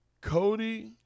Cody